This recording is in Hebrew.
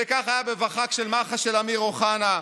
וככה היה בוועדת החקירה של מח"ש של אמיר אוחנה.